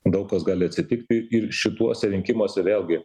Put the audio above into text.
daug kas gali atsitikti ir šituose rinkimuose vėlgi